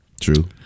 true